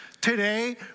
today